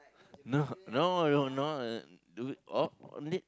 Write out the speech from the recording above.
no no no no uh